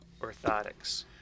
orthotics